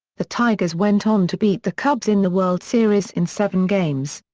the tigers went on to beat the cubs in the world series in seven games.